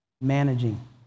managing